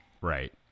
right